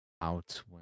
out